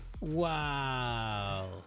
Wow